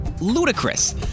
ludicrous